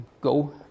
go